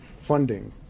funding